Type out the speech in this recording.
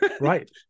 Right